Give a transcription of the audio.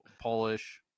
Polish